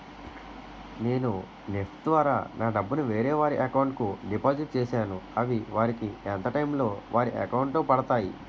నేను నెఫ్ట్ ద్వారా నా డబ్బు ను వేరే వారి అకౌంట్ కు డిపాజిట్ చేశాను అవి వారికి ఎంత టైం లొ వారి అకౌంట్ లొ పడతాయి?